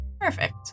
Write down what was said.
perfect